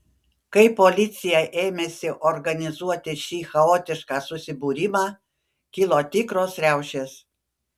kai policija ėmėsi organizuoti šį chaotišką susibūrimą kilo tikros riaušės